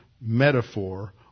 metaphor